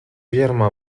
germà